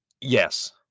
Yes